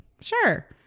Sure